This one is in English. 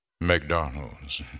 McDonald's